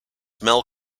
mel